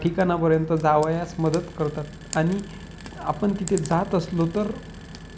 ठिकाणापर्यंत जावयास मदत करतात आणि आपण तिथे जात असलो तर